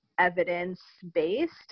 evidence-based